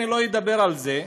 אני לא אדבר על זה,